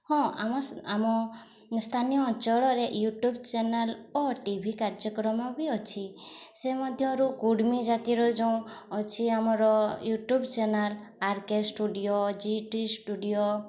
ହଁ ଆମ ଆମ ସ୍ଥାନୀୟ ଅଞ୍ଚଳରେ ୟୁଟ୍ୟୁବ୍ ଚ୍ୟାନେଲ୍ ଓ ଟିଭି କାର୍ଯ୍ୟକ୍ରମ ବି ଅଛି ସେ ମଧ୍ୟରୁ କୁଡ଼୍ମୀ ଜାତିର ଯେଉଁ ଅଛି ଆମର YouTube channel R K studio G T studio